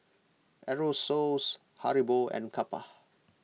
Aerosoles Haribo and Kappa